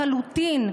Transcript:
לחלוטין,